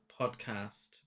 podcast